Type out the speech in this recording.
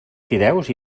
fideus